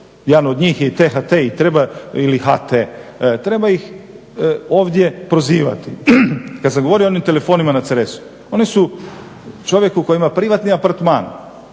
jedan od njih je i THT i treba ili HT, treba ih ovdje prozivati. Kada sam govorio o onim telefonima na Cresu, oni su čovjeku koji ima privatni apartman